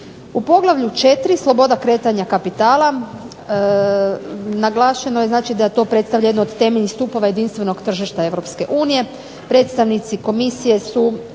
U Poglavlju 4. – Sloboda kretanja kapitala naglašeno je znači da to predstavlja jedno od temeljnih stupova jedinstvenog tržišta EU. Predstavnici komisije su